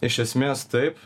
iš esmės taip